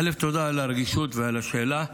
תודה על הרגישות ועל השאלה.